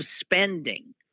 spending